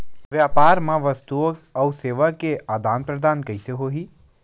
व्यापार मा वस्तुओ अउ सेवा के आदान प्रदान कइसे होही?